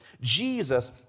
Jesus